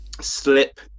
slip